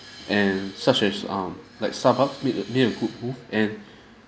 and such as um like starbucks make made a good move and